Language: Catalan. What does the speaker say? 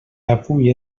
avui